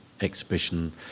exhibition